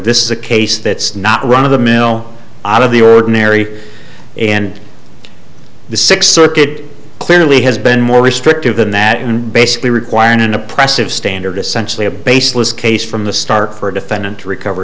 this is the case that's not run of the mill out of the ordinary and the sixth circuit clearly has been more restrictive than that and basically require in an oppressive standard essentially a baseless case from the start for a defendant to recover